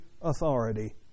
Authority